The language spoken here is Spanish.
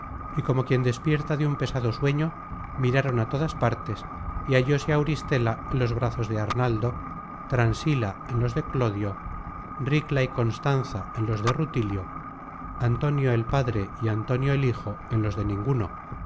y como quien despierta de un pesado sueño miraron á todas partes y hallóse auristela en los brazos de arnaldo transila en los de clodio ricla y constanza en los de rutilio antonio el padre y antonio el hijo en los de ninguno